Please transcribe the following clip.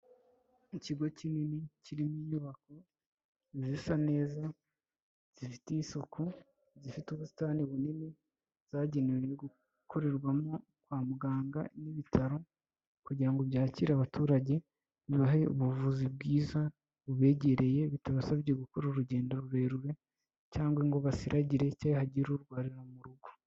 Ikigo kinini kirimo inyubako zisa neza zifite isuku, zifite ubusitani bunini zagenewe gukorerwamo kwa muganga n'ibitaro kugira ngo byakire abaturage bibahe ubuvuzi bwiza bubegereye, bitabasabye gukora urugendo rurerure cyangwa ngo basiragire cyangwa hagire urwarira mu rugo.